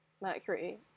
mercury